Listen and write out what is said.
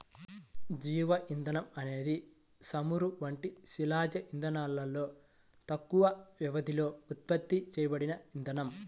జీవ ఇంధనం అనేది చమురు వంటి శిలాజ ఇంధనాలలో తక్కువ వ్యవధిలో ఉత్పత్తి చేయబడిన ఇంధనం